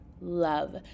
Love